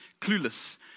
clueless